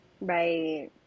Right